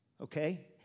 okay